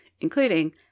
including